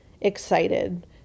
excited